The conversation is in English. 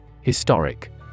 Historic